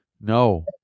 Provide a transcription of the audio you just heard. No